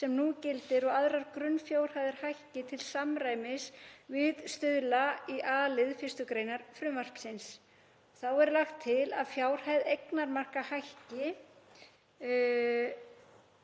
sem nú gildir og aðrar grunnfjárhæðir hækki til samræmis við stuðla í a-lið 1. gr. frumvarpsins. Þá er lagt til að fjárhæð eignamarka hækki